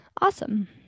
Awesome